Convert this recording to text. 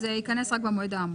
אז ייכנס רק "במועד האמור".